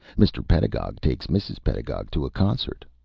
mr. pedagog takes mrs. pedagog to a concert.